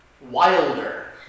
wilder